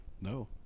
No